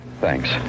Thanks